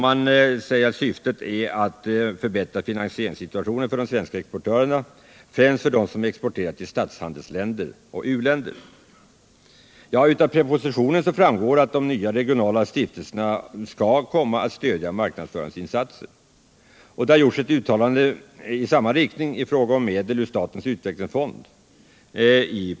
Man säger att syftet är att förbättra finansieringssituationen för de svenska exportörerna, främst för dem som exporterar till statshandelsländer och u-länder. Av propositionen framgår att de nya regionala stiftelserna skall stödja marknadsföringsinsatser. I propositionen görs ett uttalande i samma riktning i fråga om medel ur statens utvecklingsfond.